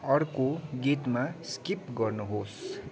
अर्को गीतमा स्किप गर्नुहोस्